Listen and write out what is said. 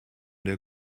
der